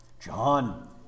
John